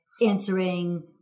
answering